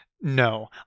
No